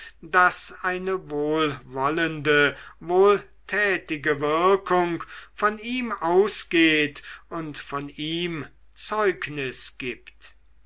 daß eine wohlwollende wohltätige wirkung von ihm ausgeht und von ihm zeugnis gibt